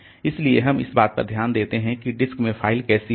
इसलिए हम इस बात पर ध्यान देते हैं कि डिस्क में फ़ाइल कैसी होगी